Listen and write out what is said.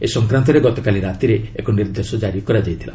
ଏ ସଂକ୍ରାନ୍ତରେ ଗତକାଲି ରାତିରେ ନିର୍ଦ୍ଦେଶ ଜାରି କରାଯାଇଥିଲା